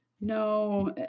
No